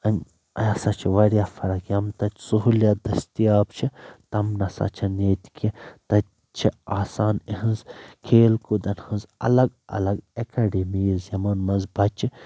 امہِ اَ ہسا چھِ واریاہ فرق یِم تتہِ سہوٗلِیات دٔستِیاب چھِ تم نسا چھِ ییٚتہِ کیٚنہہ تتہِ چھِ آسان اِہنٛز کھیل کوٗدن ہِنٛز الگ الگ ایٚکیڈمیٖز یِمن منٛز بچہِ